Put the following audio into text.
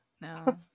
no